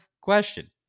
question